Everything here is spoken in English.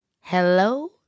Hello